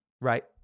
right